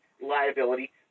liability